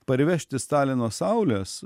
parvežti stalino saulės